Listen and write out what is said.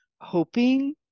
hoping